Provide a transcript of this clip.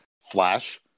Flash